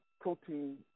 protein